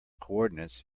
coordinates